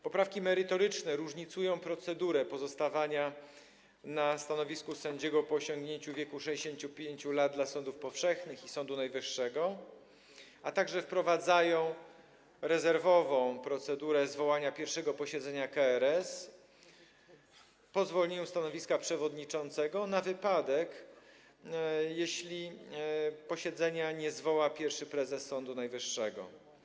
Poprawki merytoryczne różnicują procedurę pozostawania na stanowisku sędziego po osiągnięciu wieku 65 lat w przypadku sądów powszechnych i Sądu Najwyższego, a także wprowadzają rezerwową procedurę zwołania pierwszego posiedzenia KRS po zwolnieniu stanowiska przewodniczącego, na wypadek gdyby posiedzenia nie zwołał pierwszy prezes Sądu Najwyższego.